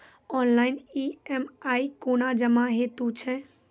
Online EMI कूना जमा हेतु छै?